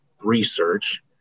research